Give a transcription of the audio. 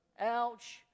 ouch